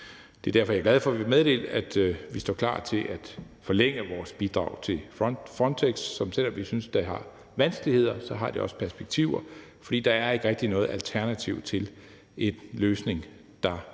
Det er derfor, jeg er glad for at meddele, at vi står klar til at forlænge vores bidrag til Frontex, som, selv om vi synes, det har vanskeligheder, også har perspektiver, for der er ikke rigtig noget alternativ til en løsning, der er